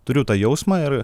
turiu tą jausmą ir